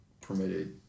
permitted